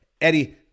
Eddie